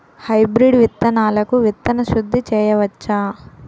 Hybrid విత్తనాలకు విత్తన శుద్ది చేయవచ్చ?